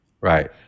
Right